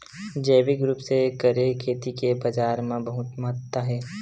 जैविक रूप से करे खेती के बाजार मा बहुत महत्ता हे